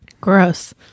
Gross